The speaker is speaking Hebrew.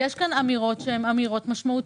יש כאן אמירות משמעותיות,